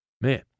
Man